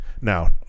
Now